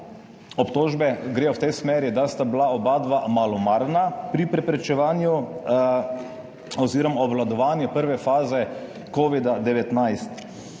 obtožbe gredo v tej smeri, da sta bila oba malomarna pri preprečevanju oziroma obvladovanju prve faze covida-19.